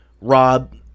Rob